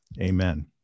amen